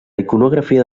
iconografia